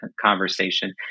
conversation